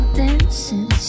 dancing